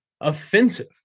offensive